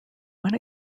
when